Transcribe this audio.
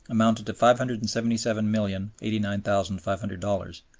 amounted to five hundred and seventy seven million eighty nine thousand five hundred dollars.